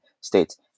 states